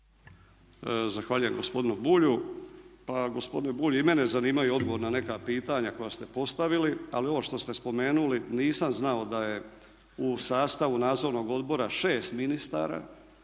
Zahvaljujem gospodinu Bulju. Pa gospodine Bulj i mene zanimaju odgovori na neka pitanja koja ste postavili, ali ovo što ste spomenuli nisam znao da je u sastavu nadzornog odbora šeste ministara